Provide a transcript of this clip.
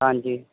ਹਾਂਜੀ